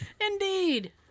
Indeed